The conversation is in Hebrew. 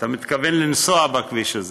אתה מתכוון: לנסוע בכביש הזה.